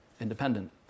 independent